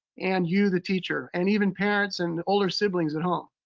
and you the teacher, and even parents and older siblings at home.